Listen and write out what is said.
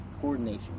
coordination